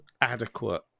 adequate